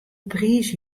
priis